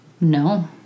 No